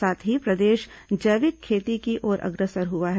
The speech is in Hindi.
साथ ही प्रदेश जैविक खेती की ओर अग्रसर हुआ है